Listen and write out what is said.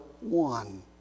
one